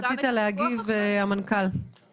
עדיין זה לא יגע בגני הילדים, לא בבתי הספר.